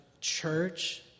church